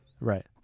Right